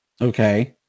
Okay